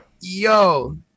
Yo